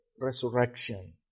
resurrection